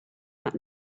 that